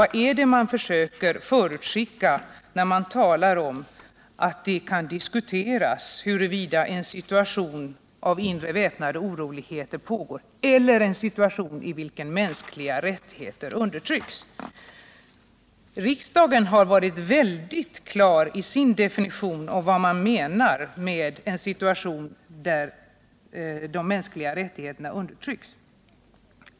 Vad är det man försöker förutskicka, när man talar om att ”det kan diskuteras huruvida inre väpnade oroligheter pågår eller om det föreligger en situation där mänskliga rättigheter undertrycks”? Riksdagen har för sin del varit mycket klar i sin definition av vad man menar med en situation där de mänskliga rättigheterna undertrycks.